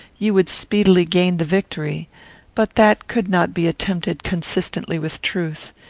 you would speedily gain the victory but that could not be attempted consistently with truth.